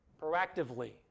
proactively